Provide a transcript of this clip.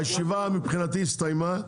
הישיבה מבחינתי הסתיימה.